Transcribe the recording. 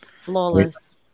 Flawless